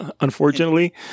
unfortunately